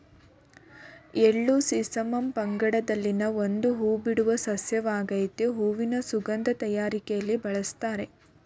ಎಳ್ಳು ಸೆಸಮಮ್ ಪಂಗಡದಲ್ಲಿನ ಒಂದು ಹೂಬಿಡುವ ಸಸ್ಯವಾಗಾಯ್ತೆ ಹೂವಿನ ಸುಗಂಧ ತಯಾರಿಕೆಲಿ ಬಳುಸ್ತಾರೆ